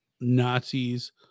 Nazis